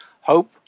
hope